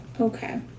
okay